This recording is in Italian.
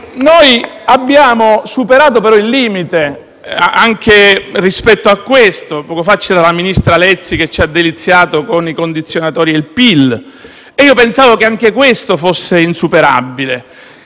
Noi abbiamo superato però il limite anche rispetto a questo. Poco fa il ministro Lezzi ci ha deliziato con i condizionatori e il PIL e io pensavo che anche questo fosse insuperabile.